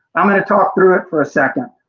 i'm going to talk through it for a second.